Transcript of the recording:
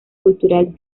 cultural